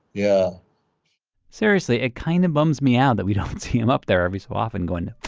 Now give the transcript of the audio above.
yeah seriously, it kind of bums me out that we don't see him up there every so often going